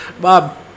Bob